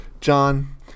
John